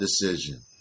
decision